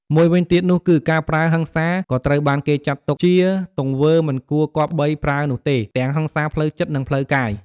មួយវិញទៀតនោះគឺ ការប្រើហិង្សាក៏ត្រូវបានគេចាត់ទុកជាទង្វើមិនគួរគប្បីប្រើនោះទេ ទាំងហិង្សាផ្លូវចិត្តនិងផ្លូវកាយ។